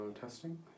testing